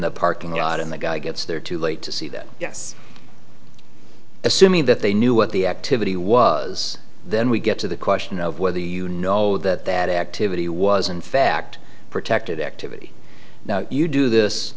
the parking lot and the guy gets there too late to see that yes assuming that they knew what the activity was then we get to the question of whether you know that that activity was in fact protected activity now you do this